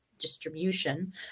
distribution